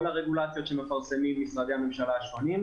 הרגולציות שמפרסמים משרדי הממשלה השונים,